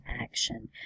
action